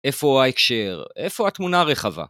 איפה ההקשר? איפה התמונה הרחבה?